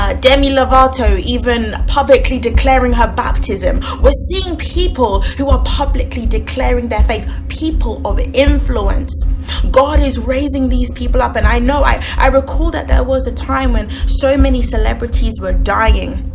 ah demi lovato even publicly declaring her baptism were seeing people who are publicly declaring their faith people of influence god is raising these people up and i know i i recall that there was a time when so many celebrities were dying